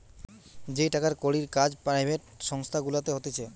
যেই টাকার কড়ির কাজ পেরাইভেট সংস্থা গুলাতে হতিছে